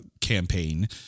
campaign